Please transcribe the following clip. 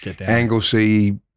Anglesey